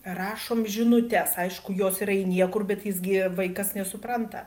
rašom žinutes aišku jos yra į niekur bet jis gi vaikas nesupranta